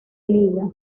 liga